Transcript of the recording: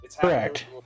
Correct